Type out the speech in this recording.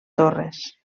torres